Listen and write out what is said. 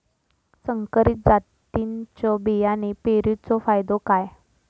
संकरित जातींच्यो बियाणी पेरूचो फायदो काय?